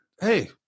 hey